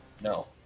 No